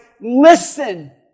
listen